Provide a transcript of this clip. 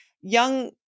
young